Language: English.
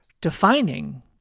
defining